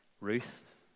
Ruth